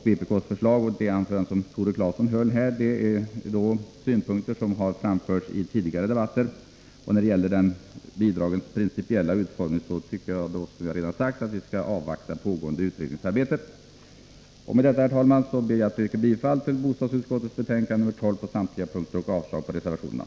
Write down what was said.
Vpk:s förslag och det anförande som Tore Claeson höll innehåller synpunkter som framförts i tidigare debatter. När det gäller bidragens mer principiella utformning tycker jag, som jag redan har sagt, att vi skall avvakta pågående utredningsarbete. Med detta, herr talman, ber jag att få yrka bifall till bostadsutskottets hemställan på alla punkter och avslag på reservationerna.